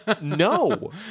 No